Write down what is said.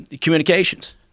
communications